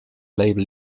label